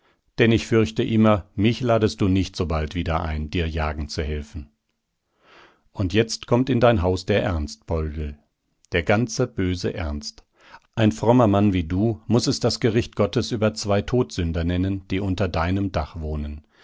denn ich fürchte immer mich ladest du nicht sobald wieder ein dir jagen zu helfen und jetzt kommt in dein haus der ernst poldl der ganze böse ernst ein frommer mann wie du muß es das gericht gottes über zwei todsünder nennen die unter deinem dach wohnen